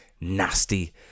nasty